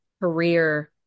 career